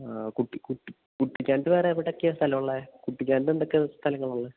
ആ കുട്ടിക്കാനത്ത് വേറെ എവിടെയൊക്കെയാണ് സ്ഥലമുള്ളത് കുട്ടിക്കാനത്ത് എന്തൊക്കെ സ്ഥലങ്ങളാണുള്ളത്